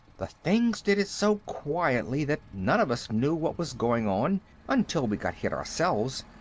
the things did it so quietly that none of us knew what was going on until we got hit ourselves.